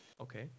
Okay